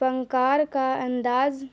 فنکار کا انداز